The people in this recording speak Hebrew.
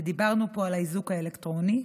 ודיברנו פה על האיזוק האלקטרוני,